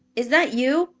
is that you?